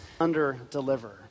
under-deliver